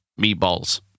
meatballs